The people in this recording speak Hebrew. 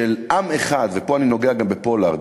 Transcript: של עם אחד, פה אני נוגע גם בפולארד,